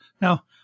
Now